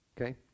okay